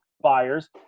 buyers